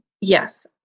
yes